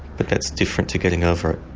but that's different to getting over it.